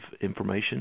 information